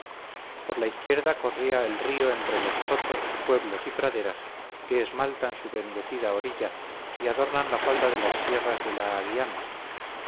por la izquierda corría el río entre los sotos pueblos y praderas que esmaltan su bendecida orilla y adornan la falda de las sierras de la aguiana